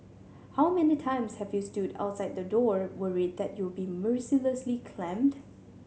how many times have you stood outside the door worried that you'll be mercilessly clamped